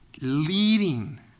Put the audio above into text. leading